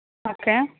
okay